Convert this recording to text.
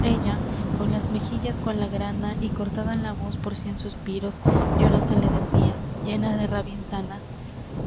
ella con las mejillas cual la grana y cortada la voz por cien suspiros llorosa le decia llena de rabia insana